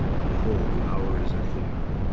behold, the hour is at hand,